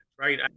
right